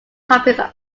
topics